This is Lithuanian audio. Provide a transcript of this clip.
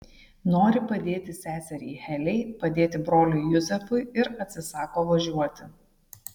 nori padėti seseriai heliai padėti broliui juzefui ir atsisako važiuoti